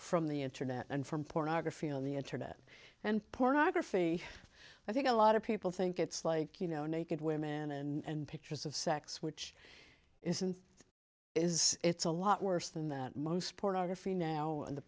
from the internet and from pornography on the internet and pornography i think a lot of people think it's like you know naked women and pictures of sex which is and is it's a lot worse than that most pornography now in the